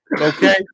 Okay